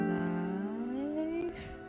life